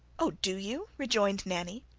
oh! do you? rejoined nanny.